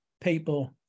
people